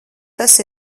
tas